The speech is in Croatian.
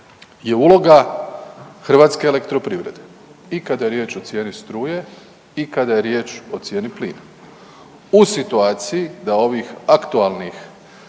je uloga HEP-a i kada je riječ o cijeni struje i kada je riječ o cijeni plina. U situaciji da ovih aktualnih